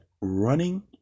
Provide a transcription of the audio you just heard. Running